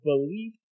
belief